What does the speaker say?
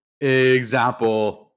example